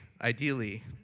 Ideally